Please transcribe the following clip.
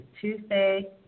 Tuesday